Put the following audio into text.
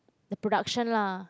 the production lah